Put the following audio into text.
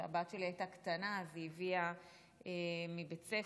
כשהבת שלי הייתה קטנה היא הביאה מבית הספר,